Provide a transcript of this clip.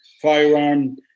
firearm